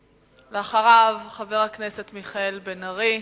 אחריו, חבר הכנסת מיכאל בן-ארי.